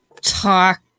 talk